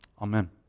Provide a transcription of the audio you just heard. Amen